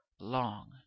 long